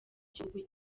gihugu